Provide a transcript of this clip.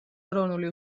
ეროვნული